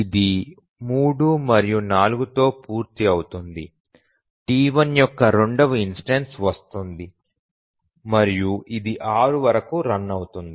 ఇది 3 మరియు 4 తో పూర్తి అవుతుంది T1 యొక్క రెండవ ఇన్స్టెన్సు వస్తుంది మరియు ఇది 6 వరకు రన్ అవుతూ ఉంటుంది